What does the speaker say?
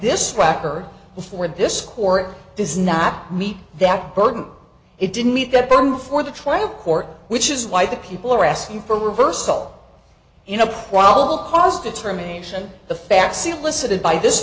this tracker before this court does not meet that burden it didn't meet that burden for the trial court which is why the people are asking for reversal you know probable cause determination the facts elicited by this